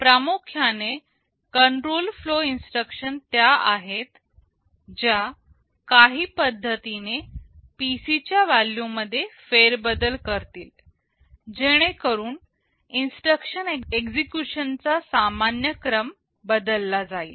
प्रामुख्याने control flow instruction त्या आहेत ज्या काही पद्धतीने PC च्या व्हॅल्यू मध्ये फेरबदल करतील जेणेकरून इन्स्ट्रक्शन एक्झिक्युशन चा सामान्य क्रम बदलला जाईल